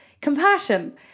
compassion